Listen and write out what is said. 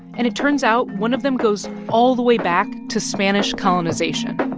and it turns out, one of them goes all the way back to spanish colonization